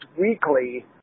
weekly